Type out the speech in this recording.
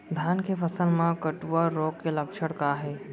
धान के फसल मा कटुआ रोग के लक्षण का हे?